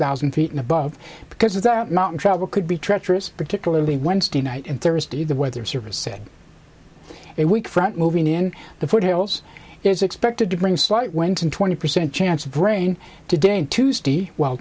thousand feet and above because of that mountain travel could be treacherous particularly wednesday night and thursday the weather service said a weak front moving in the foothills is expected to bring slight went and twenty percent chance of rain today and tuesday well